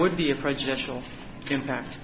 would be a prejudicial impact